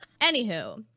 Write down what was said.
Anywho